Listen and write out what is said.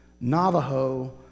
Navajo